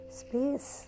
space